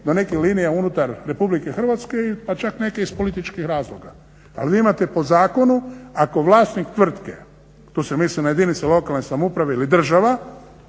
do nekih linija unutar Republike Hrvatske, pa čak neke iz političkih razloga. Ali vi imate po zakonu ako vlasnik tvrtke, tu se misli na jedinice lokalne samouprave ili država